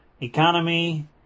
economy